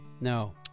No